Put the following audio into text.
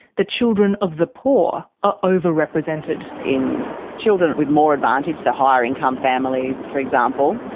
the children of the poor are over-represented. in children with more advantage, so higher income families for example,